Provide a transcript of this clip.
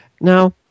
Now